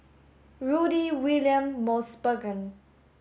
Rudy William Mosbergen